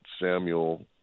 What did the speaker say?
Samuel